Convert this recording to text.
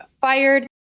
fired